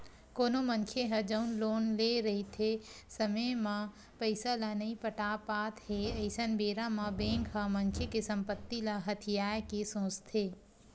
कोनो मनखे ह जउन लोन लेए रहिथे समे म पइसा ल नइ पटा पात हे अइसन बेरा म बेंक ह मनखे के संपत्ति ल हथियाये के सोचथे